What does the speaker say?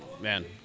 man